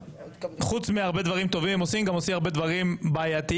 שחוץ מהרבה דברים טובים שהם עושים גם הרבה דברים בעייתיים,